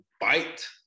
bite